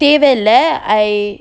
தேவையில்ல:thevayilla I